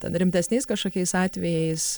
ten rimtesniais kažkokiais atvejais